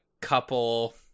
couple